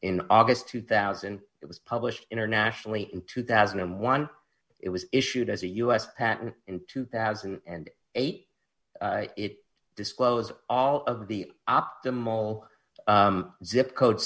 in august two thousand it was published internationally in two thousand and one it was issued as a us patent in two thousand and eight it disclose all of the optimal zip code